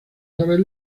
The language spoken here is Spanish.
saber